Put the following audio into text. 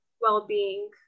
well-being